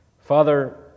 Father